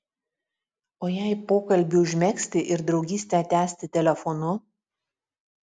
o jei pokalbį užmegzti ir draugystę tęsti telefonu